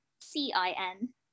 c-i-n